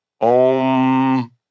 Om